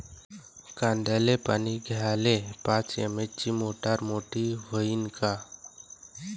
कांद्याले पानी द्याले पाच एच.पी ची मोटार मोटी व्हईन का?